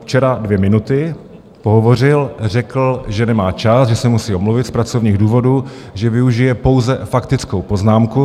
Včera dvě minuty pohovořil, řekl, že nemá čas, že se musí omluvit z pracovních důvodů, že využije pouze faktickou poznámku.